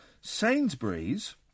Sainsbury's